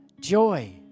joy